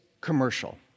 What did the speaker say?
commercial